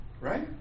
right